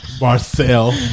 Marcel